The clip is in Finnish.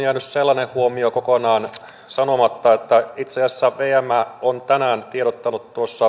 jäänyt sellainen huomio kokonaan sanomatta että itse asiassa vm on tänään tiedottanut tuossa